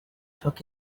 took